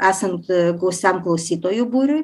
esant gausiam klausytojų būriui